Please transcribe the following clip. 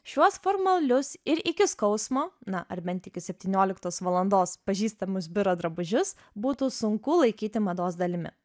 šiuos formalius ir iki skausmo na ar bent iki septynioliktos valandos pažįstamus biuro drabužius būtų sunku laikyti mados dalimi